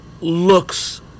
looks